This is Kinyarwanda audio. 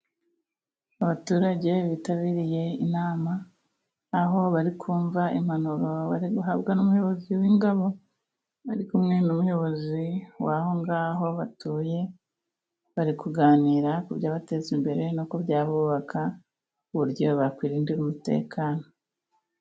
Abaturage bitabiriye inama, aho bari kumva impanuro bari guhabwa n'umuyobozi w'ingabo, bari kumwe n'umuyobozi w'aho ngaho batuye. Bari kuganira ku byabateza imbere no ku byabubaka uburyo bakwirindira umutekano.